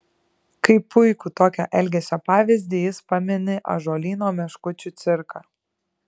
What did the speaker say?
kaip puikų tokio elgesio pavyzdį jis pamini ąžuolyno meškučių cirką